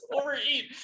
overeat